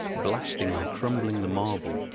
blasting and crumbling the marble,